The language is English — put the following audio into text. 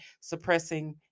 suppressing